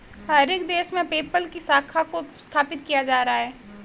हर एक देश में पेपल की शाखा को स्थापित किया जा रहा है